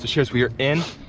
sharers, we are in,